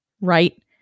right